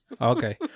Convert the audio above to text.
okay